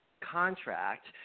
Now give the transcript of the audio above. contract